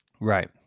Right